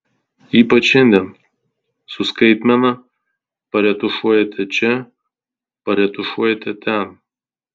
ypač šiandien su skaitmena paretušuojate čia paretušuojate ten